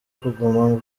kuguma